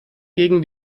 gegen